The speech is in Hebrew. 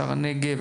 שער הנגב,